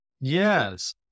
Yes